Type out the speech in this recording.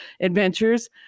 adventures